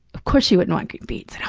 of course you wouldn't want green beans.